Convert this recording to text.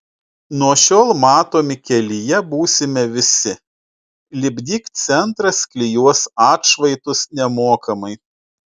nuo šiol matomi kelyje būsime visi lipdyk centras klijuos atšvaitus nemokamai